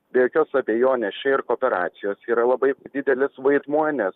be jokios abejonės čia ir kooperacijos yra labai didelis vaidmuo nes